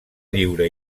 lliure